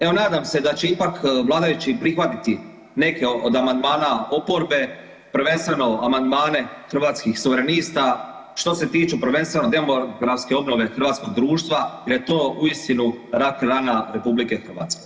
Evo, nadam se da će ipak vladajući prihvatiti neke od amandmana oporbe, prvenstveno amandmane Hrvatskih suverenista, što se tiče prvenstveno demografske obnove hrvatskog društva jer je to uistinu rak rana RH.